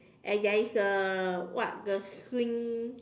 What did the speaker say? and there is a what the swing